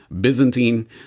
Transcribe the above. Byzantine